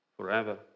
forever